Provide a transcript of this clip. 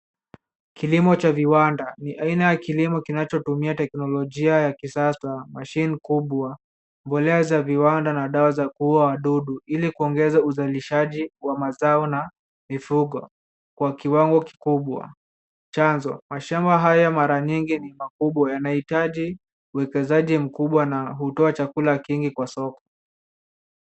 Kilimo cha viwanda, ni aina ya kilimo kinachotumia teknolojia ya kisasa, mashine kubwa, mbolea za viwanda na dawa za kuua wadudu ili kuongeza uzalishaji wa mazao na mifugo kwa kiwango kikubwa chanzo. Mashamba haya mara nyingi ni makubwa yanayohitaji uwekezaji mkubwa na hutoa chakula kingi kwa soko.